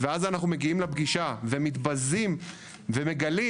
ואז אנחנו מגיעים לפגישה ומתבזים ומגלים